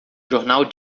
jornal